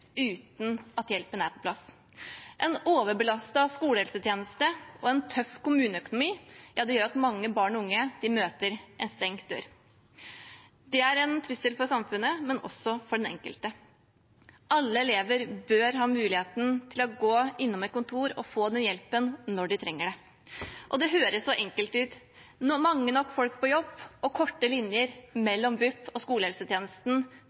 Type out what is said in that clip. uten at hjelpen er på plass. En overbelastet skolehelsetjeneste og en tøff kommuneøkonomi gjør at mange barn og unge møter en stengt dør. Det er en trussel for samfunnet, men også for den enkelte. Alle elever bør ha muligheten til å gå innom et kontor og få hjelp når de trenger det. Det høres så enkelt ut – mange nok folk på jobb og korte linjer mellom BUP og skolehelsetjenesten,